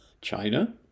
China